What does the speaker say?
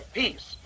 peace